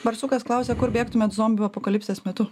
barsukas klausia kur bėgtumėt zombių apokalipsės metu